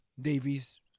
Davies